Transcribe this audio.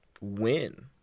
win